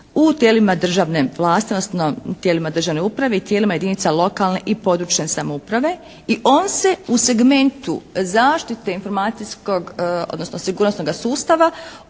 tijelima državne uprave i tijelima jedinica lokalne i područne samouprave. I on se u segmentu zaštite informacijskog odnosno sigurnosnoga sustava